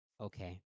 Okay